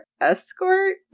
escort